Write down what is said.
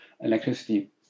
electricity